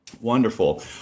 Wonderful